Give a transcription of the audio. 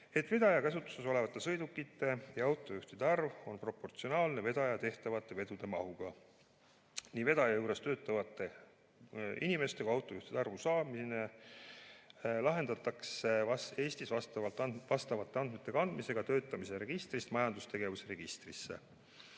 vedaja käsutuses olevate sõidukite ja autojuhtide arv on proportsionaalne vedaja tehtavate vedude mahuga. Nii vedaja juures töötavate inimeste kui ka autojuhtide saamine lahendatakse Eestis vastavate andmete kandmisega töötamise registrist majandustegevuse registrisse.